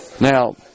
Now